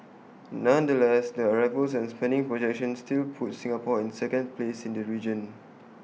nonetheless the arrivals and spending projections still put Singapore in second place in the region